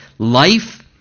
life